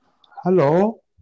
Hello